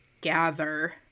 gather